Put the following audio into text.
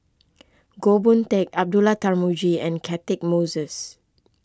Goh Boon Teck Abdullah Tarmugi and Catchick Moses